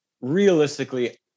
realistically